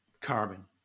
carbon